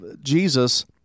Jesus